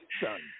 son